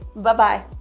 bye-bye!